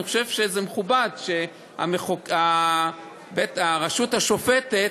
אני חושב שזה מכובד שהרשות השופטת